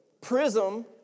prism